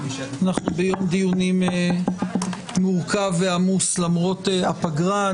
אנחנו ביום דיונים מורכב ועמוס למרות הפגרה.